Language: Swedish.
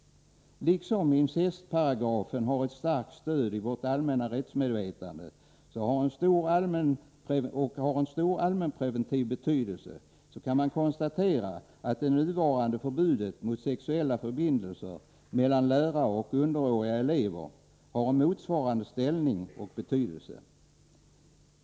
Liksom incestparagrafen har ett starkt stöd i vårt allmänna rättsmedvetande och har stor allmänpreventiv betydelse, kan man konstatera att det nuvarande förbudet mot sexuella förbindelser mellan lärare och underåriga elever har en motsvarande ställning och betydelse.